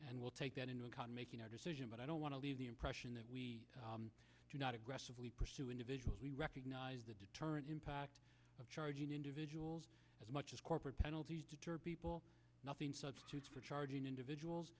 and we'll take that into account making our decision but i don't want to leave the impression that we do not aggressively pursue individuals we recognize the deterrent impact of charging individuals as much as corporate penalties deter people nothing substitutes for charging individuals